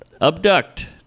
Abduct